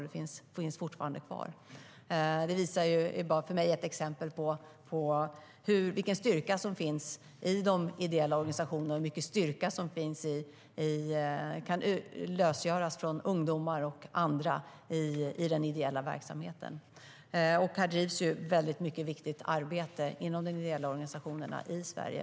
Det finns fortfarande kvar. Det är för mig ett exempel på vilken styrka som finns i de ideella organisationerna och vilken styrka som kan lösgöras från ungdomar och andra i den ideella verksamheten. Det bedrivs väldigt mycket viktigt arbete inom de ideella organisationerna i Sverige.